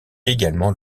également